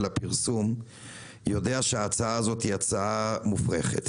הפרום יודע שההצעה הזאת היא הצעה מופרכת